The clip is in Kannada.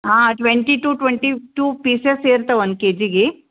ಹಾಂ twenty two twenty two pieces ಇರ್ತಾವೆ ಒನ್ ಕೆ ಜಿಗೆ